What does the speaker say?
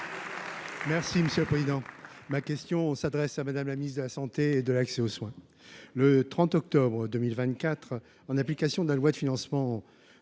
Les Républicains. Ma question s’adresse à Mme la ministre de la santé et de l’accès aux soins. Le 30 octobre 2024, en application de la loi de financement